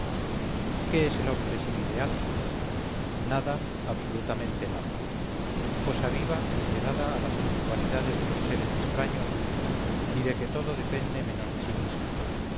qué es el hombre sin ideal nada absolutamentenada cosa viva entregada a las eventualidades de los seres extraños y de que todo depende menos de sí misma